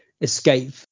escape